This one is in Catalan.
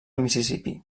mississipí